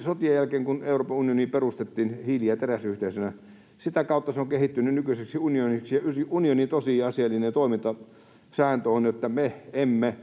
sotien jälkeen, kun Euroopan unioni perustettiin hiili- ja teräsyhteisönä. Sitä kautta se on kehittynyt nykyiseksi unioniksi, ja unionin tosiasiallinen toimintasääntö on, että me emme